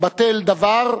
בטל דבר,